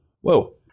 whoa